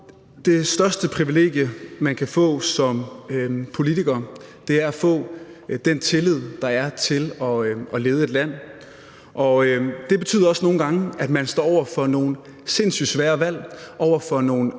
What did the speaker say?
det største privilegie, man kan få som politiker, er at få den tillid, der er, til at man kan lede et land. Det betyder også nogle gange, at man står over for nogle sindssygt svære valg og over for nogle